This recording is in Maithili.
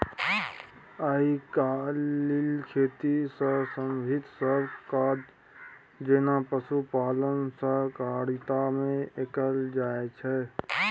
आइ काल्हि खेती सँ संबंधित सब काज जेना पशुपालन सहकारिता मे कएल जाइत छै